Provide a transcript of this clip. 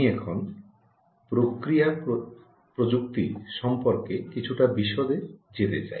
এখন আমি প্রক্রিয়া প্রযুক্তি সম্পর্কে কিছুটা বিশদে যেতে চাই